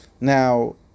Now